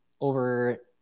over